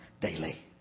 daily